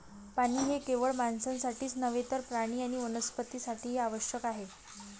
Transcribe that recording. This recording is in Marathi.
पाणी हे केवळ माणसांसाठीच नव्हे तर प्राणी आणि वनस्पतीं साठीही आवश्यक आहे